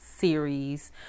Series